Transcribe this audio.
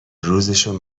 روزشو